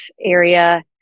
area